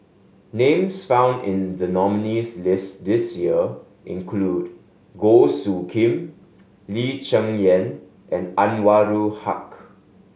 names found in the nominees' list this year include Goh Soo Khim Lee Cheng Yan and Anwarul Haque